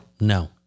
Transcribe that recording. No